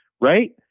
right